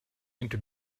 into